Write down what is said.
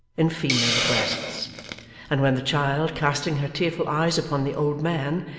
in female breasts and when the child, casting her tearful eyes upon the old man,